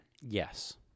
Yes